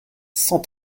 cent